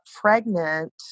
pregnant